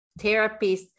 therapists